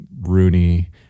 Rooney